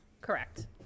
Correct